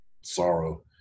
sorrow